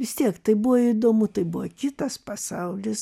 vis tiek tai buvo įdomu tai buvo kitas pasaulis